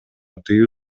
тыюу